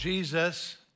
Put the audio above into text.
Jesus